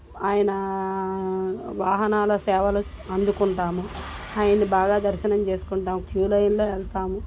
ఆయన వాహనాల సేవలు అందుకుంటాము ఆయన్ని బాగా దర్శనం చేసుకుంటాం క్యూ లైన్లో వెళ్తాము